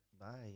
Bye